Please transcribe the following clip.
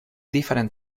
different